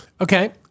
Okay